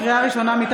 לקריאה ראשונה,